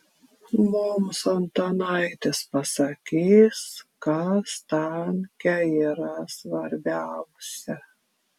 mums antanaitis pasakys kas tanke yra svarbiausia